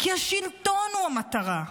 כי השלטון הוא המטרה,